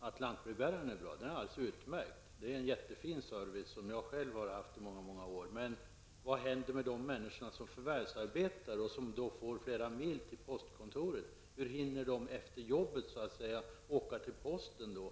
att lantbrevbäringen är bra. Ja, den är alldeles utmärkt. Det är en jättefin service, som jag själv har haft erfarenheter av i många år. Men vad händer med de människor som förvärvsarbetar och som får flera mil till postkontoret? Hur hinner de efter jobbet åka till posten?